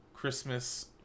Christmas